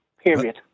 Period